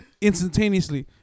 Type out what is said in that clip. instantaneously